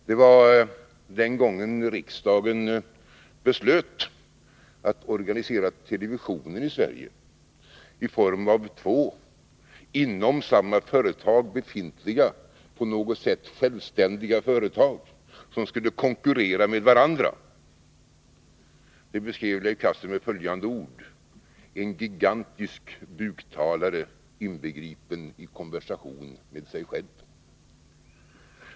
Det var den gången då riksdagen beslöt att organisera televisionen i Sverige i form av två inom samma företag befintliga, på något sätt självständiga företag som skulle konkurrera med varandra. Det beskrev Leif Cassel med följande ord: en gigantisk buktalare inbegripen i konversation med sig själv.